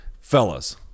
fellas